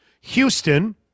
Houston